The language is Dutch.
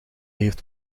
heeft